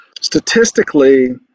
statistically